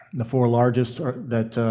the four largest that